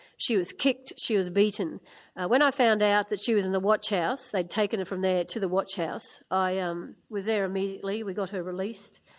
she was kicked, she was beaten. and when i found out that she was in the watch-house, they'd taken her from there to the watch-house, i um was there immediately, we got her released,